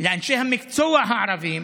לאנשי המקצוע הערבים,